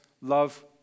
love